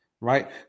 right